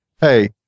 hey